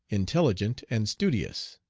intelligent, and studious.